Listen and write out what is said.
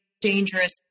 dangerous